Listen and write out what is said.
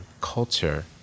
culture